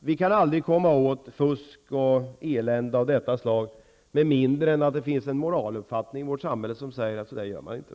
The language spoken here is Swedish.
Vi kan aldrig komma åt fusk och elände av detta slag med mindre än att det finns en moraluppfattning i vårt samhälle som säger att så där gör man inte,